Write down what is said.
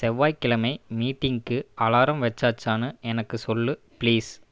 செவ்வாய்கிழமை மீட்டிங்க்கு அலாரம் வச்சாச்சானு எனக்கு சொல் பிளீஸ்